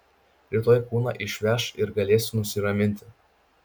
rytoj kūną išveš ir galėsiu nusiraminti